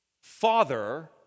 Father